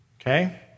Okay